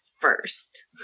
first